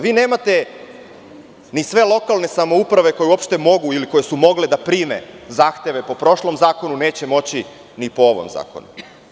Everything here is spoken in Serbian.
Vi nemate ni sve lokalne samouprave koje uopšte mogu, ili koje su mogle da prime zahteve po prošlom zakonu, neće moći ni po ovom zakonu.